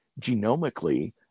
genomically